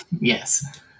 Yes